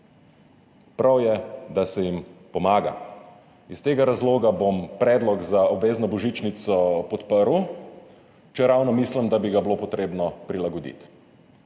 Prav je, da se jim pomaga. Iz tega razloga bom predlog za obvezno božičnico podprl, čeravno mislim, da bi ga bilo potrebno prilagoditi.